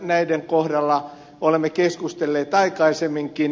näiden kohdalla olemme keskustelleet aikaisemminkin